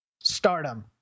stardom